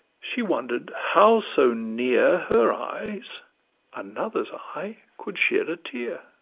she wonder'd how so near her eyes another's eye could shed a tear.